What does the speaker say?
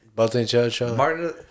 Martin